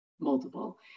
multiple